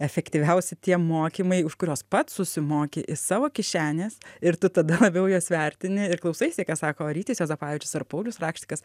efektyviausi tie mokymai už kuriuos pats susimoki iš savo kišenės ir tu tada labiau juos vertini ir klausaisi ką sako rytis juozapavičius ar paulius rakštikas